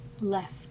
left